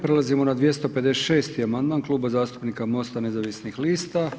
Prelazimo na 256. amandman Kluba zastupnika MOST-a nezavisnih lista.